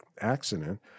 accident